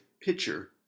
pitcher